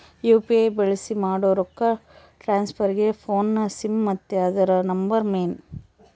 UPI ಬಳ್ಸಿ ಮಾಡೋ ರೊಕ್ಕ ಟ್ರಾನ್ಸ್ಫರ್ಗೆ ಫೋನ್ನ ಸಿಮ್ ಮತ್ತೆ ಅದುರ ನಂಬರ್ ಮೇನ್